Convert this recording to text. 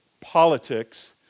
politics